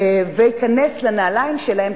וייכנס לנעליים שלהם.